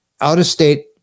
out-of-state